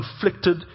conflicted